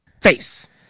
face